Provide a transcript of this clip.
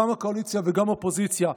גם הקואליציה וגם האופוזיציה,